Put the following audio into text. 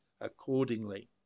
accordingly